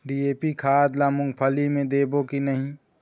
DAP खाद ला मुंगफली मे देबो की नहीं?